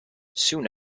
soon